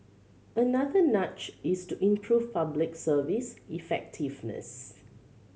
another nudge is to improve Public Service effectiveness